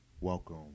welcome